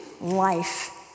life